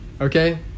Okay